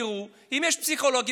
תראו אם יש פסיכולוגים,